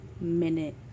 minute